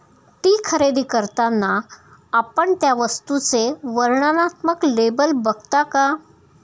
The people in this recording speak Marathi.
ती खरेदी करताना आपण त्या वस्तूचे वर्णनात्मक लेबल बघता का?